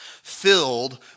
filled